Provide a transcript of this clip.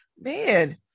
man